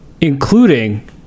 including